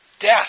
Death